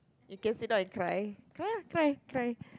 you can sit down and cry cry cry cry